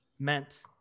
meant